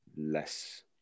less